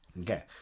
Okay